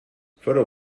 photo